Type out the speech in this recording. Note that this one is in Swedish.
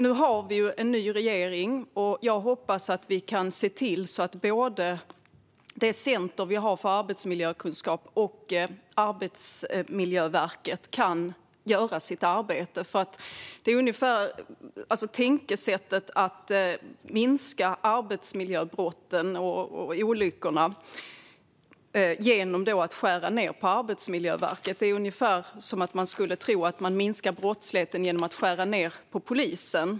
Nu har vi en ny regering, och jag hoppas att vi kan se till så att både det center vi har för arbetsmiljökunskap och Arbetsmiljöverket kan göra sitt arbete. Tänkesättet att man minskar arbetsmiljöbrotten och olyckorna genom att skära ned på Arbetsmiljöverket är ungefär som att tro att man minskar brottsligheten genom att skära ned på polisen.